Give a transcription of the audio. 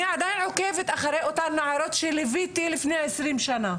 אני עדיין עוקבת אחרי אותן נערות שליוויתי לפני עשרים שנה.